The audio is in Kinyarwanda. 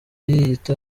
yiyita